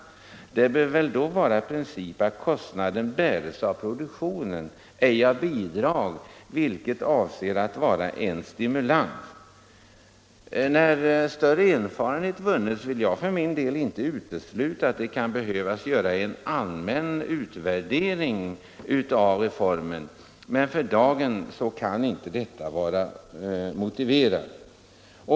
Principen bör väl då vara att kostnaden bärs av produktionen och inte av bidrag som avser att vara en stimulans. Jag vill för min del inte utesluta att det, när man vunnit större erfarenhet, kan behöva göras en allmän utvärdering av reformen. Men för dagen kan detta inte vara motiverat.